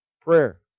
prayer